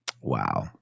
Wow